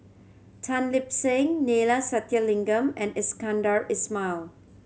Tan Lip Seng Neila Sathyalingam and Iskandar Ismail